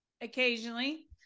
occasionally